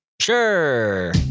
Sure